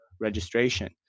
registration